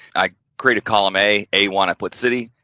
i create a column a. a one, i put city,